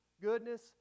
goodness